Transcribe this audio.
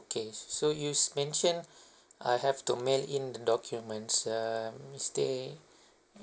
okay so you mentioned I have to mail in the documents um is there